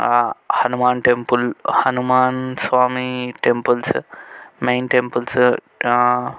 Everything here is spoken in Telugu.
Hanuman temple Hanuman Swami temples main temples